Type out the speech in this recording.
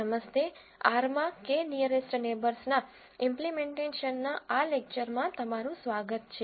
નમસ્તે R માં k nearest નેબર્સના ઈમ્પલીમેન્ટેશન ના આ લેકચરમાં તમારું સ્વાગત છે